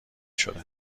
شده